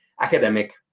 academic